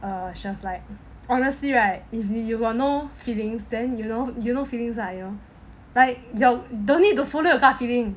err she was like honestly right if you got no feelings then you know you no feelings ah you like you don't need to follow your gut feeling